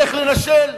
איך לנשל,